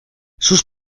sus